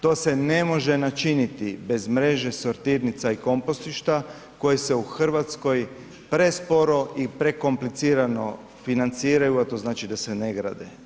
To se ne može načiniti bez mreže sortirnica i kompostišta koje se u Hrvatskoj presporo i prekomplicirano financiraju, a to znači da se ne grade.